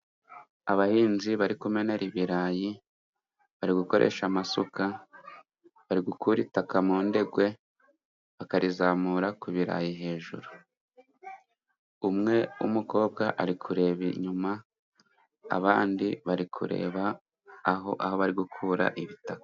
Abahinzi bari kumenera ibirayi, bari gukoresha amasuka. Bari gukura itaka mu ndegwe, bakarizamura ku birarayi. Umwe ari kureba inyuma abandi bari kureba aho bari gukura ibitaka